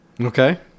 Okay